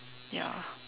ya